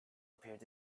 appeared